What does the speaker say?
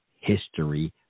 history